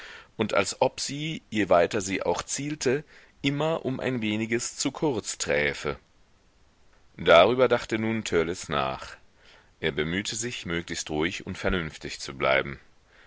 und als ob sie je weiter sie auch zielte immer um ein weniges zu kurz träfe darüber dachte nun törleß nach er bemühte sich möglichst ruhig und vernünftig zu bleiben